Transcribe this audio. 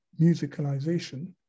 musicalization